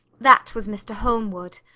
that was mr. holmwood.